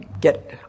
get